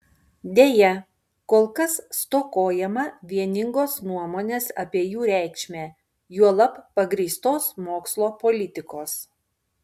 deja kol kas stokojama vieningos nuomonės apie jų reikšmę juolab pagrįstos mokslo politikos